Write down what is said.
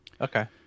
Okay